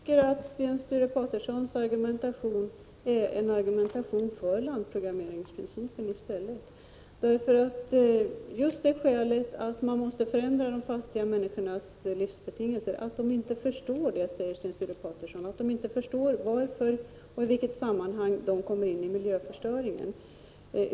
Herr talman! Jag tycker att Sten Sture Patersons argumentation är en 16 april 1986 argumentation för landprogrammeringsprincipen just av det skälet att man måste förändra de fattiga människornas livsbetingelser. Sten Sture Paterson säger ju att människorna i de fattiga länderna inte förstår varför och i vilket sammanhang de kommer in i miljöförstöringen.